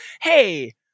Hey